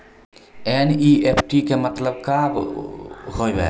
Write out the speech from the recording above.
NEFT के मतलब का होव हेय?